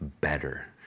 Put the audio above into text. better